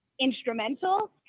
instrumental